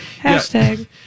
Hashtag